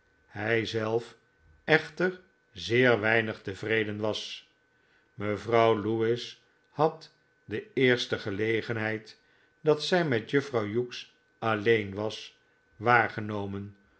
hij zelf echter zeer weinig tevreden was mevrouw lewis had de eerste gelegenheid dat zij met juffrouw hughes alleen was waargenomen